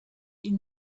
ihn